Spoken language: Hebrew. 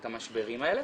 את המשברים האלה,